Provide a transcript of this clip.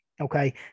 Okay